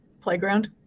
playground